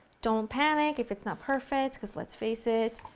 don't panic if it's not perfect, because let's face it,